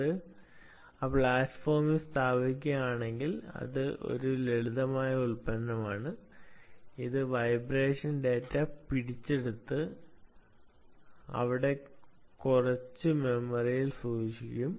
അതിനാൽ ആ പ്ലാറ്റ്ഫോമിൽ സ്ഥാപിക്കുകയാണെങ്കിൽ ഇത് ഒരു ലളിതമായ ഉൽപ്പന്നമാണ് അത് വൈബ്രേഷൻ ഡാറ്റ പിടിച്ചെടുത്ത് മെമ്മറിയിൽ സൂക്ഷിക്കണം